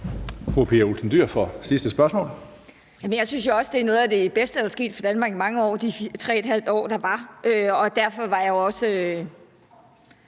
noget af det bedste, der er sket for Danmark i mange år, og derfor var jeg jo også